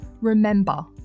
remember